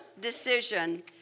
decision